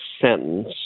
sentence